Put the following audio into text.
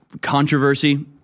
controversy